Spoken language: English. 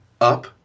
up